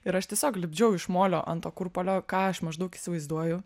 ir aš tiesiog lipdžiau iš molio ant to kurpalio ką aš maždaug įsivaizduoju